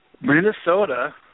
Minnesota